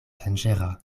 danĝera